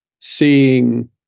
seeing